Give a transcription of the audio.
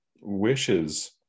Wishes